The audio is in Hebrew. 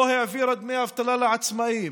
לא העבירה דמי אבטלה לעצמאים,